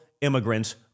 immigrants